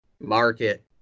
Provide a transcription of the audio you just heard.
Market